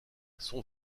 son